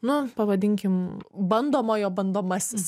nu pavadinkim bandomojo bandomasis